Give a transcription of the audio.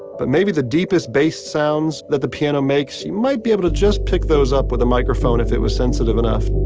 but maybe the deepest bass sounds that the piano makes, you might be able to just pick those up with a microphone if it was sensitive enough